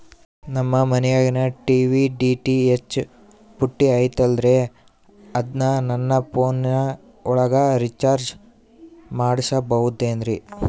ನಮ್ಮ ಮನಿಯಾಗಿನ TV DTH ಪುಟ್ಟಿ ಐತಲ್ರೇ ಅದನ್ನ ನನ್ನ ಪೋನ್ ಒಳಗ ರೇಚಾರ್ಜ ಮಾಡಸಿಬಹುದೇನ್ರಿ?